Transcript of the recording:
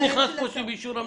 איך נכנס כאן אישור המנהל?